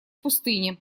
пустыне